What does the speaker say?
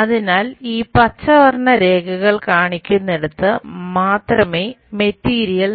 അതിനാൽ ഈ പച്ച വർണ്ണരേഖകൾ കാണിക്കുന്നിടത്ത് മാത്രമേ മെറ്റീരിയൽ